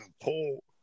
pull